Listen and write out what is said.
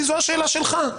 כי זו השאלה שלך.